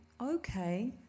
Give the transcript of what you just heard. okay